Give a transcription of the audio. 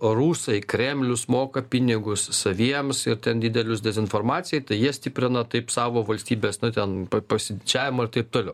rusai kremlius moka pinigus saviems ir ten didelius dezinformacijai tai jie stiprina taip savo valstybės na ten pasididžiavimą ir taip toliau